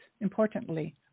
importantly